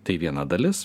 tai viena dalis